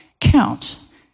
counts